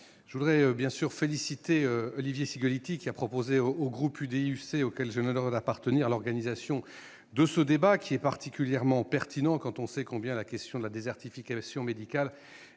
je veux bien sûr féliciter Olivier Cigolotti, qui a proposé au groupe de l'UDI-UC, auquel j'ai l'honneur d'appartenir, l'organisation de ce débat, qui est particulièrement pertinent quand on sait combien est essentielle la question de la désertification médicale.